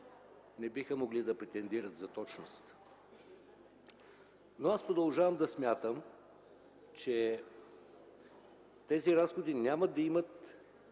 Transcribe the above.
не биха могли да претендират за точност. Аз продължавам да смятам, че тези разходи няма да имат